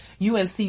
UNC